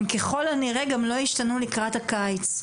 הם ככל הנראה גם לא השתנו לקראת הקיץ.